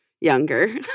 younger